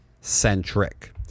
centric